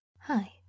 Hi